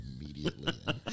immediately